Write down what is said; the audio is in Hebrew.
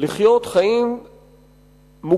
לחיות חיים מוכרים